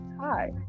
Hi